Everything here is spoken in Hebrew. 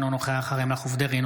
אינו נוכח אריה מכלוף דרעי,